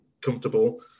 comfortable